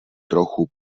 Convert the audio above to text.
trochu